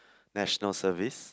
National Service